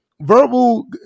Verbal